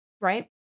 Right